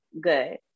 good